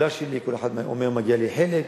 כולה שלי, כל אחד אומר מגיע לי חלק,